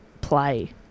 play